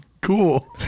Cool